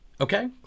Okay